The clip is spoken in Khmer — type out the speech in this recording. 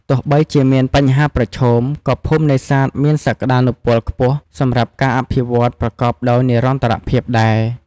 ទោះបីជាមានបញ្ហាប្រឈម ក៏ភូមិនេសាទមានសក្តានុពលខ្ពស់សម្រាប់ការអភិវឌ្ឍន៍ប្រកបដោយនិរន្តរភាពដែរ។